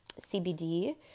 CBD